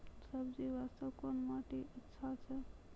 सब्जी बास्ते कोन माटी अचछा छै?